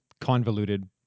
convoluted